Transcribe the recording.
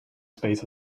space